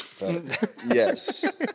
yes